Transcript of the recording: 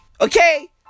Okay